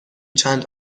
چند